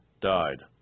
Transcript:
died